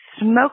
smoke